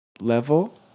level